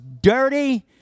dirty